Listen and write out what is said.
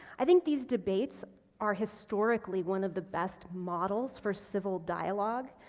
i think these debates are historically one of the best models for civil dialogue.